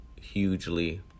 Hugely